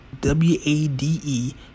W-A-D-E